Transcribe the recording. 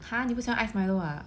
!huh! 你不喜欢 iced Milo ah